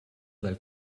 dal